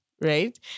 right